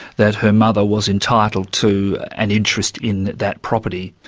that her mother was entitled to an interest in that property,